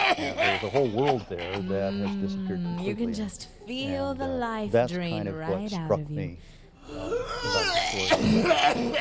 and there was a whole world there that has disappeared completely and and that's kind of what struck me about the story we found there.